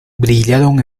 brillaron